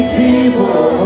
people